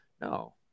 No